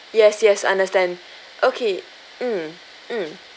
yes yes understand okay mm mm